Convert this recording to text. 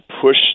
push